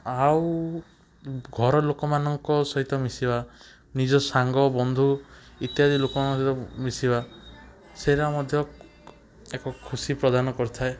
ଆଉ ଘରଲୋକ ମାନଙ୍କ ସହିତ ମିଶିବା ନିଜ ସାଙ୍ଗବନ୍ଧୁ ଇତ୍ୟାଦି ଲୋକଙ୍କ ମିଶିବା ସେଇଟା ମଧ୍ୟ ଖୁସିପ୍ରଦାନ କରିଥାଏ